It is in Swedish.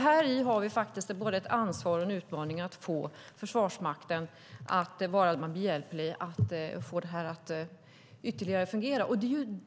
Här har vi nämligen både ett ansvar och en utmaning att vara Försvarsmakten behjälplig för att få detta fungera.